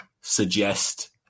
suggest